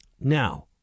Now